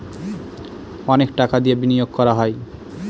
অনেক টাকা দিয়ে বিনিয়োগ করা হয়